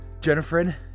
Jennifer